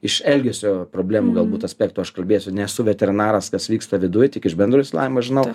iš elgesio problemų galbūt aspektu aš kalbėsiu nesu veterinaras kas vyksta viduj tik iš bendro išsilavinimo žinau